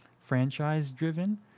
franchise-driven